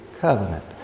covenant